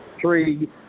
three